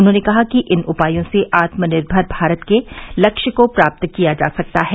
उन्होंने कहा कि इन उपायों से आत्मनिर्मर भारत के लक्ष्य को प्राप्त किया जा सकता है